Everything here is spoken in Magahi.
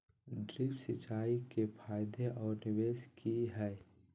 ड्रिप सिंचाई के फायदे और निवेस कि हैय?